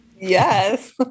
Yes